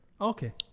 Okay